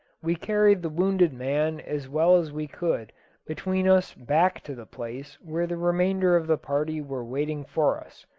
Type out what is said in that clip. we carried the wounded man as well as we could between us back to the place where the remainder of the party were waiting for us.